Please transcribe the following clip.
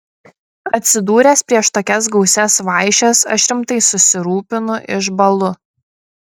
atsidūręs prieš tokias gausias vaišes aš rimtai susirūpinu išbąlu